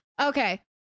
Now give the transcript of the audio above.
Okay